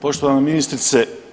Poštovana ministrice.